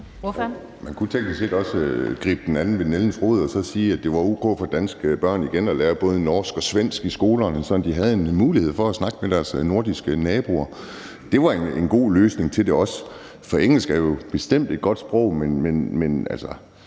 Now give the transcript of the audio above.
Man kunne teknisk set også gribe om nældens rod og sige, at det var o.k. for danske børn igen at lære både norsk og svensk i skolerne, sådan at de havde en mulighed for at snakke med deres nordiske naboer. Det var også en god løsning på det. For engelsk er jo bestemt et godt sprog, men altså,